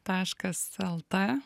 taškas lt